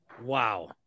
Wow